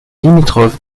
limitrophe